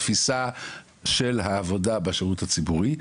התפיסה של העבודה בשירות הציבורי,